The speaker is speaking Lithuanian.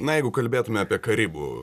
na jeigu kalbėtume apie karibų